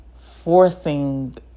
forcing